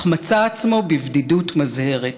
אך מצא עצמו בבדידות מזהרת.